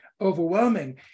overwhelming